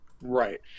Right